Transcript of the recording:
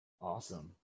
Awesome